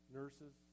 nurses